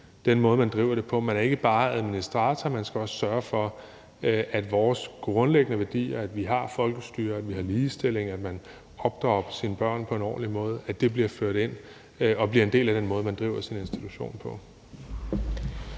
den måde, man driver det på. Man er ikke bare administrator; man skal også sørge for, at vores grundlæggende værdier, altså det, at vi har folkestyre, at vi har ligestilling, og at man opdrager sine børn på en ordentlig måde, bliver ført ind og bliver en del af den måde, man driver sin institution på.